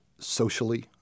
socially